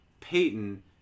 Peyton